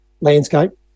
landscape